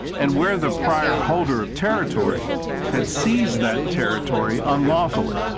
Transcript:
and where the prior holder of territory had seized that territory unlawfully.